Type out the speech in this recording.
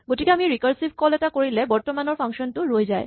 গতিকে আমি recursive call এটা কৰিলে বৰ্তমানৰ ফাংচন টো ৰৈ যায়